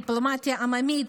דיפלומטיה עממית,